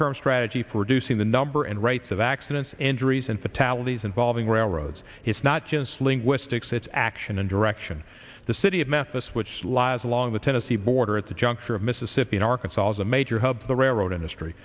term strategy for reducing the number and rights of accidents injuries and fatalities involving railroads is not just linguistics it's action and direction the city of memphis which lies along the tennessee border at the juncture of mississippi in arkansas was a major hub of the railroad industry